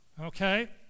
okay